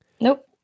Nope